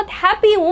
happy